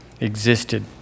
existed